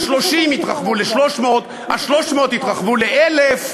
ה-30 התרחבו ל-300, ה-300 התרחבו ל-1,000.